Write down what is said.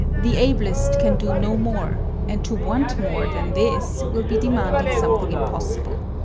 the ablest can do no more, and to want more than this will be demanding something impossible.